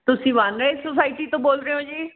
ਤੁਸੀਂ one A society ਤੋਂ ਬੋਲ ਰਹੇ ਹੋ ਜੀ